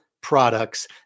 products